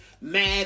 mad